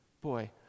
Boy